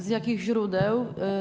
Z jakich źródeł?